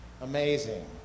Amazing